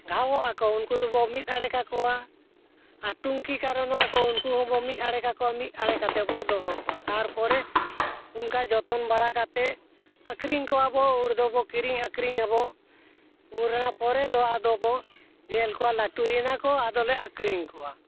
ᱜᱷᱟᱣᱚᱜ ᱟᱠᱚ ᱩᱱᱠᱩ ᱫᱚᱵᱚᱱ ᱢᱤᱫ ᱟᱲᱮ ᱠᱟᱠᱚᱣᱟ ᱟᱨ ᱴᱩᱱᱠᱤ ᱠᱟᱨᱚᱱᱚᱜ ᱟᱠᱚ ᱩᱱᱠᱩ ᱦᱚᱸᱵᱚᱱ ᱢᱤᱫ ᱟᱲᱮ ᱠᱟᱠᱚᱣᱟ ᱢᱤᱫ ᱟᱲᱮ ᱠᱟᱛᱮᱫ ᱵᱚᱱ ᱫᱚᱦᱚ ᱠᱚᱣᱟ ᱛᱟᱨᱯᱚᱨᱮ ᱚᱱᱠᱟ ᱡᱚᱛᱚᱱ ᱵᱟᱲᱟ ᱠᱟᱛᱮᱫ ᱟᱹᱠᱷᱨᱤᱧ ᱠᱚᱣᱟ ᱵᱚᱱ ᱩᱱ ᱨᱮᱫᱚ ᱵᱚᱱ ᱠᱤᱨᱤᱧ ᱟᱠᱷᱨᱤᱧ ᱟᱵᱚᱱ ᱩᱲ ᱨᱮᱱᱟᱜ ᱯᱚᱨᱮ ᱫᱚ ᱟᱫᱚ ᱵᱚᱱ ᱧᱮᱞ ᱠᱚᱣᱟ ᱞᱟᱹᱴᱩᱭᱮᱱᱟ ᱠᱚ ᱟᱫᱚᱞᱮ ᱟᱠᱷᱨᱤᱧ ᱠᱚᱣᱟ